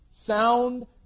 sound